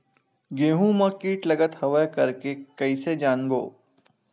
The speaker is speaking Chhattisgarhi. गेहूं म कीट लगत हवय करके कइसे जानबो?